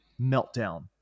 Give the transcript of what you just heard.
meltdown